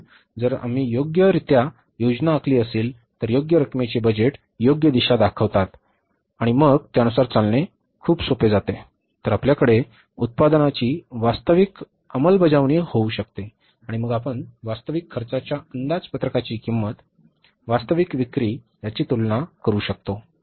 म्हणून जर आम्ही योग्यरित्या योजना आखली असेल तर योग्य रकमेचे बजेट योग्य दिशा दाखवतात आणि मग त्यानुसार चालणे खूप सोपे जाते तर आपल्याकडे उत्पादनाची वास्तविक उत्पादन अंमलबजावणी होऊ शकते आणि मग आपण वास्तविक खर्चाच्या अंदाजपत्रकाची किंमत वास्तविक विक्री यांची तुलना करू शकतो